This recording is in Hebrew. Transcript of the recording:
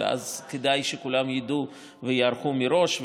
אבל אז כדאי שכולם ידעו וייערכו מראש,